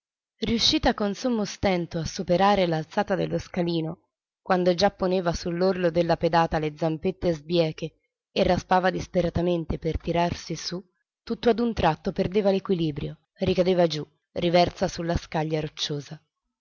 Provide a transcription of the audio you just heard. con sommo stento a superare l'alzata dello scalino quando già poneva su l'orlo della pedata le zampette sbieche e raspava disperatamente per tirarsi su tutt'a un tratto perdeva l'equilibrio ricadeva giù riversa su la scaglia rocciosa